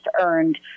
earned